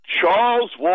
Charles